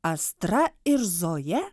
astra ir zoja